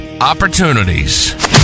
opportunities